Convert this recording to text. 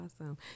awesome